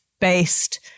based